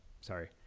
sorry